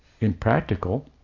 impractical